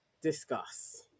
Discuss